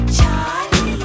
Charlie